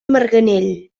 marganell